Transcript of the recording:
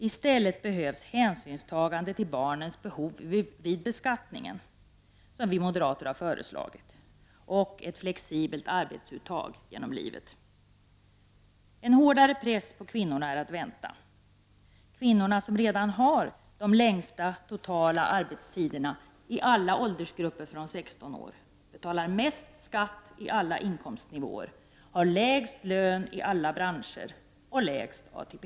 I stället behövs hänsynstagande till barnens behov vid beskattningen, som vi moderater har föreslagit, och ett flexibelt arbetstidsuttag genom livet. En hårdare press på kvinnorna är att vänta: kvinnor som redan har de längsta totala arbetstiderna i alla åldersgrupper från 16 år betalar mest skatt på alla inkomstnivåer, har lägst lön i alla branscher och lägst ATP.